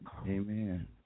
Amen